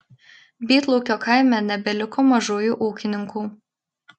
bytlaukio kaime nebeliko mažųjų ūkininkų